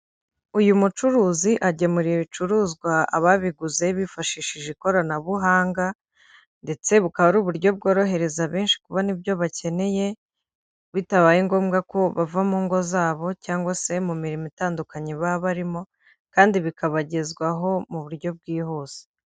Uyu mucuruzi agemura ibicuruzwa ababiguze bifashishije ikoranabuhanga ndetse bukaba ari uburyo bworohereza benshi kubona ibyo bakeneye, bitabaye ngombwa ko bava mu ngo zabo cyangwa se mu mirimo itandukanye baba barimo kandi bikabagezwaho mu buryo bwihuse.